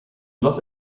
los